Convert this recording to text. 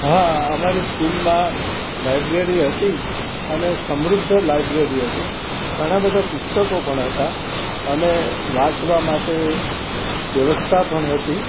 હા અમારી સ્કૂલમાં લાઇબ્રેરી હતી અને સમૃદ્ધ લાઇબ્રેરી હતી ઘણાબધા પુસ્તકો પણ હતા અને વાંચવા માટે વ્યવસ્થા પણ હતી